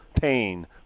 pain